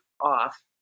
off